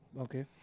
Okay